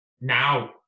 Now